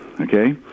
okay